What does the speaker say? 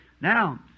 Now